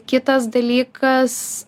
kitas dalykas